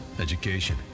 education